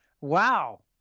Wow